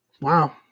Wow